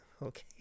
Okay